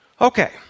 Okay